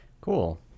Cool